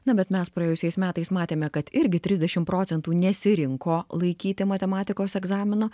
na bet mes praėjusiais metais matėme kad irgi trisdešimt procentų nesirinko laikyti matematikos egzamino